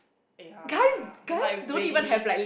eh ya ya ya they like readily